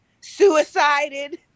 Suicided